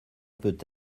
peut